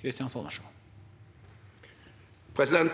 Kristjánsson (R)